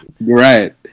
Right